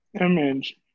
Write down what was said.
Image